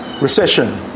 recession